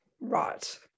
Right